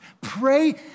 Pray